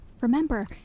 Remember